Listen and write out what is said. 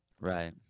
right